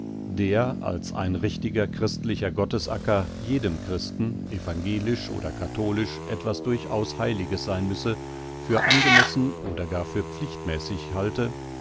der als ein richtiger christlicher gottesacker jedem christen evangelisch oder katholisch etwas durchaus heiliges sein müsse für angemessen oder gar für pflichtmäßig halte